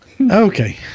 Okay